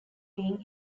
being